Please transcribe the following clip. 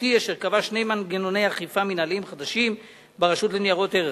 ומשמעותי אשר קבע שני מנגנוני אכיפה מינהליים חדשים ברשות לניירות ערך,